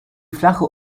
flache